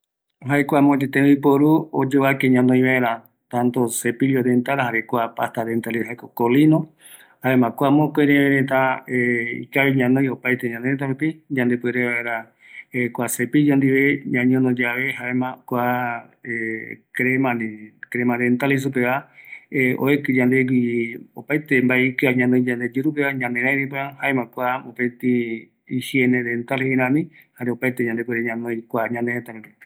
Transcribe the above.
Jaevi kua taïyoea, yaiporu vaera kua oimeta ñanoï kua crema, colino, kua jae yayoe vaera ñaneraï, ikavi yae opaete ñanoï vaera, öime misia, jare okuakua peguareta imbaera ou